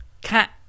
Cat